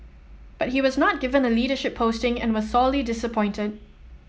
but he was not given a leadership posting and was sorely disappointed